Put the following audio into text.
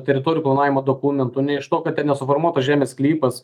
teritorijų planavimo dokumentų ne iš to kad ten nesuformuotos žemės sklypas